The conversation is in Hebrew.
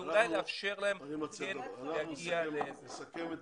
ואולי לאפשר להם- -- אני רוצה לסכם את